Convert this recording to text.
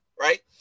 right